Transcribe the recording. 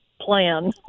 plan